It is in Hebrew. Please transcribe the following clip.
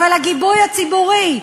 אבל הגיבוי הציבורי,